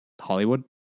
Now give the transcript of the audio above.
Hollywood